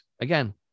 again